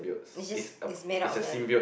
is just is made out of them